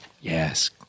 Yes